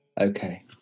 Okay